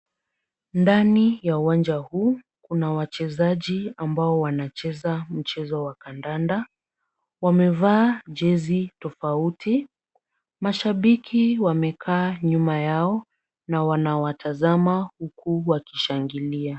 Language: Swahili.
Ndani ya uwanja huu kuna wachezaji ambao wanacheza mchezo wa kadanda. Wamevaa jezi tofauti. Mashabiki wamekaa nyuma yao na wanawatazama huku wakishangilia.